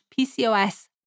PCOS